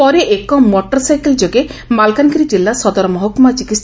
ପରେ ଏକ motor cycle ଯୋଗେ ମାଲକାନଗିରି ଜିଲ୍ଲା ସଦର ମହକୁମା ଚିକିସ୍